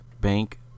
bank